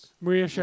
Maria